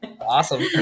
Awesome